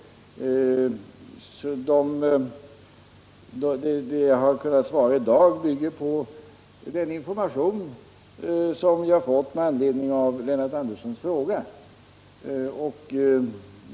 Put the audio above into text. Det svar jag kunnat lämna i dag bygger på den information som jag har fått med anledning av Lennart Anderssons fråga.